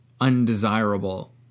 undesirable